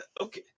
okay